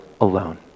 alone